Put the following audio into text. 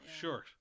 Sure